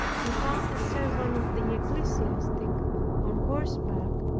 he found a servant of the ecclesiastic on horseback,